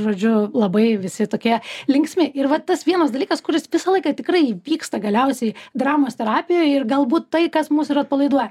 žodžiu labai visi tokie linksmi ir va tas vienas dalykas kuris visą laiką tikrai įvyksta galiausiai dramos terapijoj ir galbūt tai kas mus ir atpalaiduoja